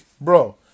bro